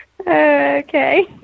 Okay